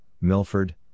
Milford